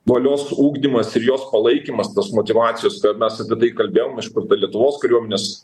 valios ugdymas ir jos palaikymas tos motyvacijos tai mes apie tai kalbėjom apie lietuvos kariuomenės